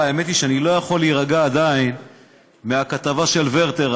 האמת היא שאני לא יכול להירגע עדיין מהכתבה של ורטר,